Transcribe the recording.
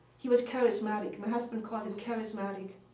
he was charismatic. my husband called him charismatic.